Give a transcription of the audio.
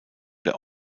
der